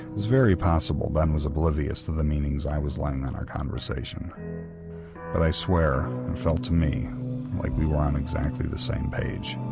very possible ben was oblivious to the meanings i was laying on our conversation but i swear it felt to me like we were on exactly the same page.